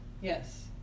Yes